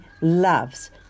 loves